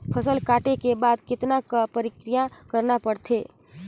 फसल काटे के बाद कतना क प्रक्रिया करना पड़थे?